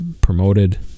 promoted